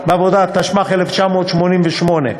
בעבודה, התשמ"ח 1988,